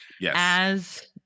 yes